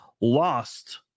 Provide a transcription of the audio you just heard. lost